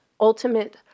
ultimate